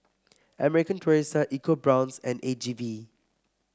American Tourister ecoBrown's and A G V